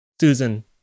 Susan